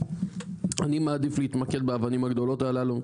אז אני מעדיף להתמקד באבנים הגדולות הללו,